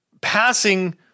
passing